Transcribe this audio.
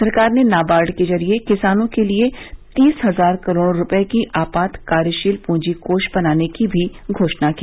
सरकार ने नाबार्ड के जरिए किसानों के लिए तीस हजार करोड़ रुपए की आपात कार्यशील पूंजी कोष बनाने की भी घोषणा की